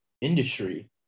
industry